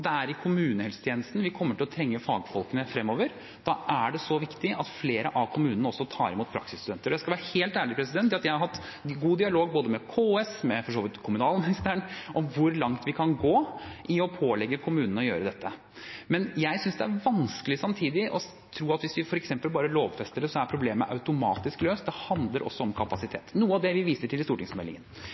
i kommunehelsetjenesten vi kommer til å trenge fagfolkene fremover. Da er det viktig at flere av kommunene tar imot praksisstudenter. Jeg skal være helt ærlig om at jeg har hatt en god dialog både med KS og for så vidt med kommunalministeren om hvor langt vi kan gå i å pålegge kommunene å gjøre dette. Men jeg synes det er vanskelig samtidig å tro at hvis vi f.eks. bare lovfester det, er problemet automatisk løst. Det handler også om kapasitet – noe av det vi viser til i stortingsmeldingen